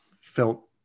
felt